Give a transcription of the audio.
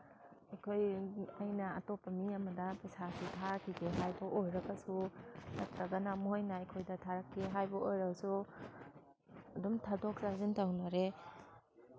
ꯑꯩꯅ ꯑꯇꯣꯞꯄ ꯃꯤ ꯑꯃꯗ ꯄꯩꯁꯥꯁꯦ ꯊꯥꯒꯤꯒꯦ ꯍꯥꯏꯕ ꯑꯣꯏꯔꯒꯁꯨ ꯅꯠꯇ꯭ꯔꯒꯅ ꯃꯣꯏꯅ ꯑꯩꯈꯣꯏꯗ ꯊꯥꯔꯛꯀꯦ ꯍꯥꯏꯕ ꯑꯣꯏꯔꯁꯨ ꯑꯗꯨꯝ ꯊꯥꯗꯣꯛ ꯊꯥꯖꯤꯟ ꯇꯧꯅꯔꯦ